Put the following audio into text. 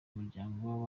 umuryango